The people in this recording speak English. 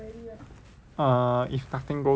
uh if nothing goes wrong